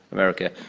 america,